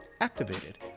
activated